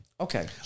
Okay